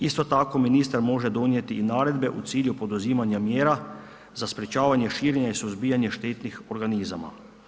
Isto tako ministar može donijeti naredbe u cilju poduzimanja mjera za sprečavanje širenja i suzbijanja štetnih organizama.